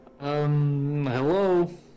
hello